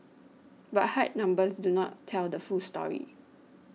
but hard numbers do not tell the full story